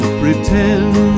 pretend